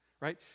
right